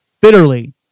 bitterly